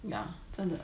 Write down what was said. ya 真的